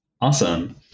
Awesome